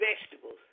vegetables